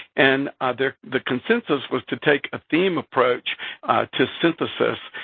and the the consensus was to take a theme approach to synthesis,